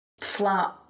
flat